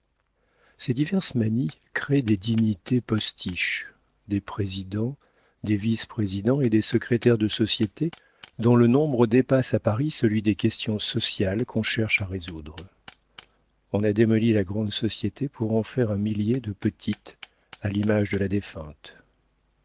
ces diverses manies créent des dignités postiches des présidents des vice présidents et des secrétaires de sociétés dont le nombre dépasse à paris celui des questions sociales qu'on cherche à résoudre on a démoli la grande société pour en faire un millier de petites à l'image de la défunte